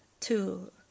two